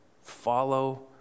Follow